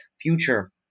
future